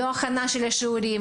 לא הכנה של שיעורים,